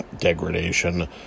degradation